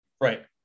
Right